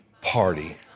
party